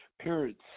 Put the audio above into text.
Parents